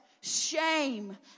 shame